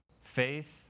Faith